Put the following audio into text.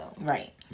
Right